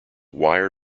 wire